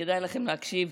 כדאי לכם להקשיב.